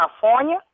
california